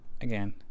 again